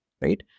right